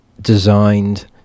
designed